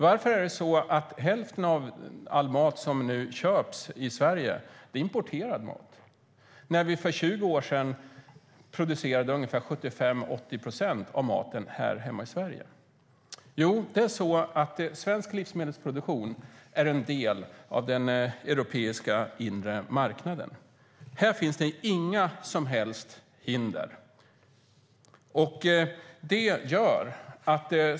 Varför är det så att hälften av all mat som nu köps i Sverige är importerad mat, när vi för 20 år sedan producerade ungefär 75-80 procent av maten härhemma i Sverige? Jo, det är så att svensk livsmedelsproduktion är en del av den europeiska inre marknaden. Här finns det inga som helst hinder.